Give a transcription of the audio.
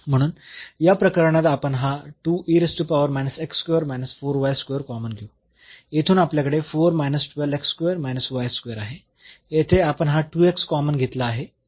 म्हणून या प्रकरणात आपण हा कॉमन घेऊ येथून आपल्याकडे आहे येथे आपण हा कॉमन घेतला आहे